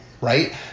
right